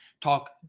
talk